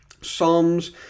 Psalms